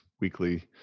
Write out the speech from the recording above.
weekly